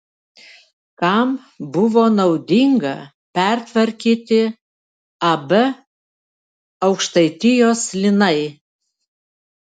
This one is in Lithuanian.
kam buvo naudinga pertvarkyti ab aukštaitijos linai